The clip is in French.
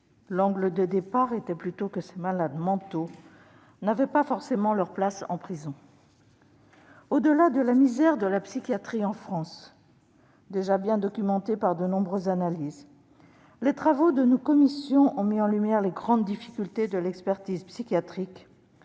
L'angle de départ était plutôt que ces malades mentaux n'avaient pas forcément leur place en prison. Au-delà de la misère de la psychiatrie en France, déjà bien documentée par de nombreuses analyses, les travaux de nos commissions ont mis en lumière les grandes difficultés de l'expertise psychiatrique,